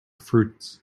fruits